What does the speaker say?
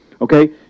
Okay